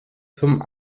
zum